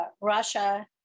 Russia